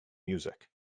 music